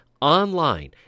online